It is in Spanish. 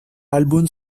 álbum